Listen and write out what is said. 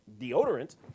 deodorant